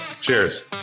Cheers